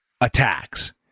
attacks